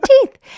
teeth